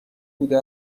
بوده